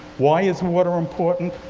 why is water important?